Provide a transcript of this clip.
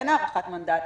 אין הארכת מנדט.